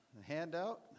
handout